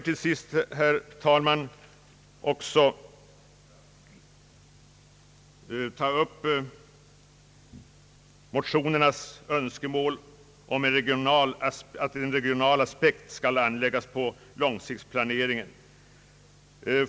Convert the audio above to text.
Till sist, herr talman, vill jag behandla motionärernas önskemål om att en regional aspekt skall anläggas på långsiktsplaneringen.